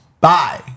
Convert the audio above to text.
Bye